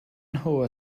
nhw